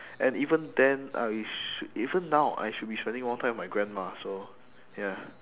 and even then I shou~ even now I should be spending more time with my grandma so ya